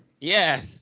Yes